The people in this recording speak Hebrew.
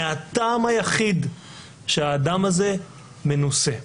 מהטעם היחיד שהאדם הזה מנוסה.